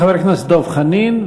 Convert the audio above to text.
חבר הכנסת דב חנין,